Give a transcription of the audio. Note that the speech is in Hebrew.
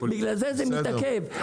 בגלל זה, זה מתעכב.